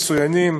מצוינים,